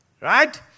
Right